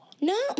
No